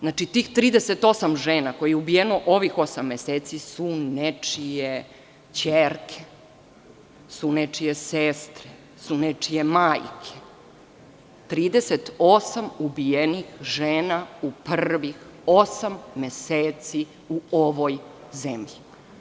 Znači tih 38 žena koje je ubijeno ovih osam meseci su nečije ćerke, su nečije sestre, su nečije majke, 38 ubijenih žena u prvih osam meseci u ovoj zemlji.